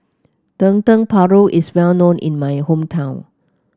Dendeng Paru is well known in my hometown